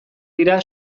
dira